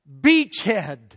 beachhead